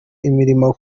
imirimo